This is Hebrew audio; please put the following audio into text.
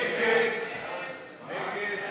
ההסתייגות